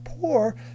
poor